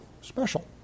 special